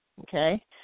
okay